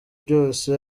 byose